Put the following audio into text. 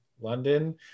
London